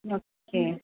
okay